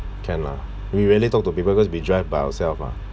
can lah we rarely talk to people because we drive by ourselves lah